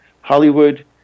Hollywood